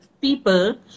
people